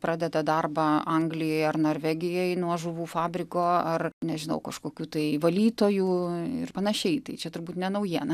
pradeda darbą anglijoje ar norvegijoj nuo žuvų fabriko ar nežinau kažkokių tai valytojų ir panašiai tai čia turbūt ne naujiena